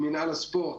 עם מינהל הספורט,